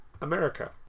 America